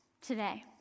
today